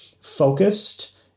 focused